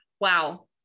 wow